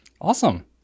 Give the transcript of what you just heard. Awesome